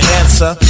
answer